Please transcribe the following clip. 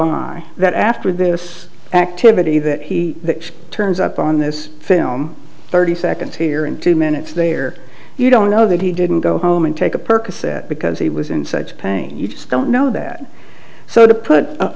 i that after this activity that he turns up on this film thirty seconds here and two minutes there you don't know that he didn't go home and take a percocet because he was in such pain you just don't know that so to put